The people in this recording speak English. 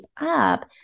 up